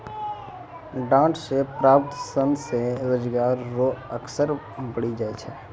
डांट से प्राप्त सन से रोजगार रो अवसर बढ़ी जाय छै